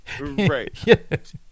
right